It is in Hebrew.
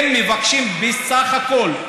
הם מבקשים בסך הכול,